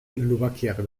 lubakiak